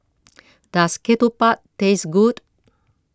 Does Ketupat Taste Good